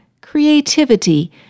creativity